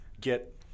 Get